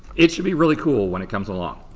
it should be really cool when it comes along.